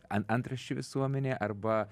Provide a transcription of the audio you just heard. ant antraščių visuomenė arba